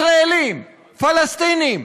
ישראלים, פלסטינים.